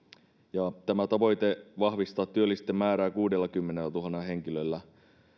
tämä tavoite vahvistaa työllisten määrää kuudellakymmenellätuhannella henkilöllä